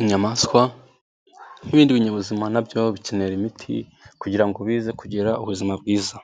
Inyamaswa n'ibindi binyabuzima nabyo bikenera imiti kugira ngo bize kugira ubuzima bwiza,